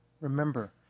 remember